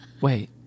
wait